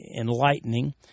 enlightening